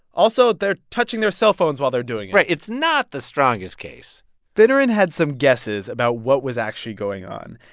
also, they're touching their cellphones while they're doing it right. it's not the strongest case finneran had some guesses about what was actually going on.